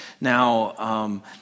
Now